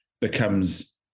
becomes